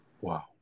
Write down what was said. Wow